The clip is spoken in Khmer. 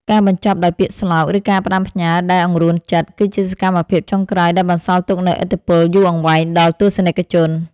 ការបញ្ចប់ដោយពាក្យស្លោក ឬការផ្ដាំផ្ញើដែលអង្រួនចិត្ត គឺជាសកម្មភាពចុងក្រោយដែលបន្សល់ទុកនូវឥទ្ធិពលយូរអង្វែងដល់ទស្សនិកជន។